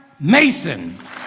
Mason